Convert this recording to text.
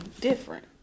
different